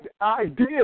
idea